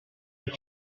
que